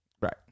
Right